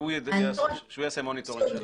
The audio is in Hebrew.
הוא יעשה מוניטורינג.